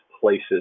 places